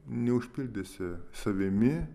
neužpildysi savimi